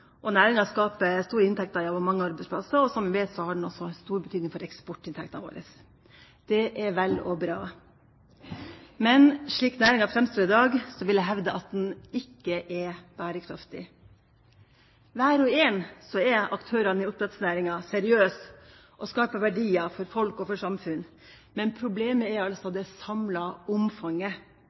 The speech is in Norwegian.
Næringa skaper store inntekter og mange arbeidsplasser, og som vi vet, har den også stor betydning for eksportinntektene våre. Det er vel og bra. Men slik næringa framstår i dag, vil jeg hevde at den ikke er bærekraftig. Hver og en av aktørene i oppdrettsnæringa er seriøse og skaper verdier for folk og for samfunn, men problemet er altså det samlede omfanget.